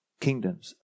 kingdoms